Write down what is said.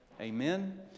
Amen